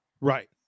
Right